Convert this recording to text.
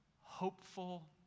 hopeful